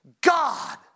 God